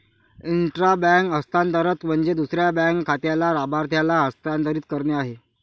intra bank हस्तांतरण म्हणजे दुसऱ्या बँक खात्याच्या लाभार्थ्याला हस्तांतरित करणे आहे